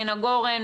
מן הגורן,